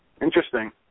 Interesting